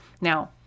Now